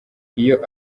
iyo